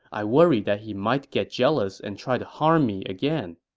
i worry that he might get jealous and try to harm me again.